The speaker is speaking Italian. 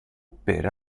per